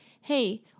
hey